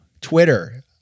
Twitter